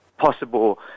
possible